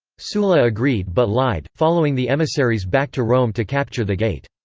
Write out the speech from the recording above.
sulla agreed but lied, following the emissaries back to rome to capture the gate.